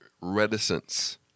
reticence